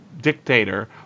dictator